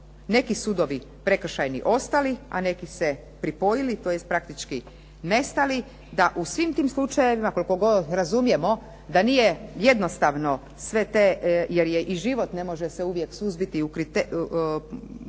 neki sudovi prekršajni ostali, a neki se pripojili tj. praktički nestali, da u svim tim slučajevima koliko god razumijemo da nije jednostavno, jer i život se ne može uvijek suzbiti u čvrste